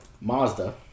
Mazda